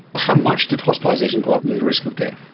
how much did hospitalisation go up and the risk of death?